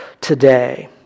today